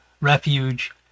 refuge